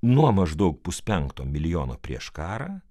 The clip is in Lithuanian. nuo maždaug puspenkto milijono prieš karą